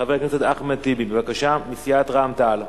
חבר הכנסת אחמד טיבי, בבקשה, מסיעת רע"ם-תע"ל.